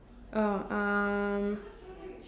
oh um